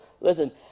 Listen